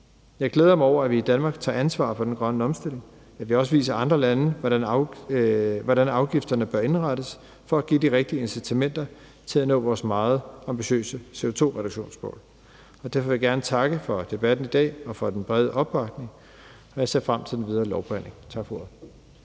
Jeg glæder mig over, at vi i Danmark tager ansvar for den grønne omstilling, og at vi også viser andre lande, hvordan afgifterne bør indrettes for at give de rigtige incitamenter til at nå vores meget ambitiøse CO2-reduktionsmål. Derfor vil jeg gerne takke for debatten i dag og for den brede opbakning, og jeg ser frem til den videre lovbehandling. Tak for